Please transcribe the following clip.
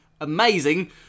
amazing